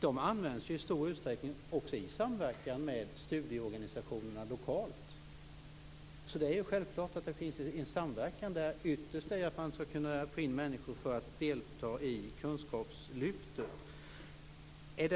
De används i stor utsträckning också i samverkan med studieorganisationerna lokalt. Det är alltså självklart att det finns en samverkan där. Ytterst handlar det om att kunna få in människor för att delta i kunskapslyftet. Om